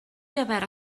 gyfer